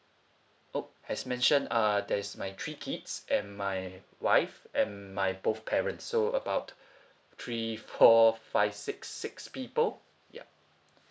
oh as mentioned uh there is my three kids and my wife and my both parents so about three four five six six people yup